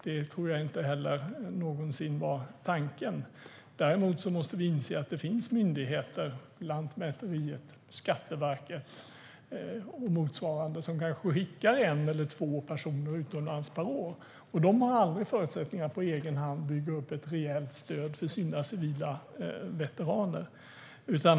Det tror jag inte heller någonsin var tanken. Däremot måste vi inse att det finns myndigheter - Lantmäteriet, Skatteverket och motsvarande - som skickar en eller två personer utomlands per år. De har inga förutsättningar att på egen hand bygga upp ett rejält stöd för sina civila veteraner.